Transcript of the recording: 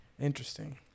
Interesting